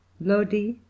Lodi